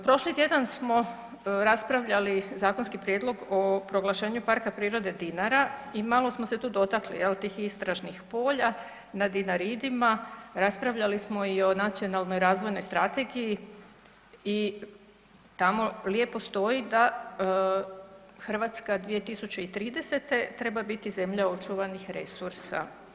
Prošli tjedan smo raspravljali zakonski prijedlog o proglašenju Parka prirode Dinara i malo smo se tu dotakli jel tih istražnih polja na Dinaridima, raspravljali smo i o nacionalnoj razvojnoj strategiji i tamo lijepo stoji da Hrvatska 2030. treba biti zemlja očuvanih resursa.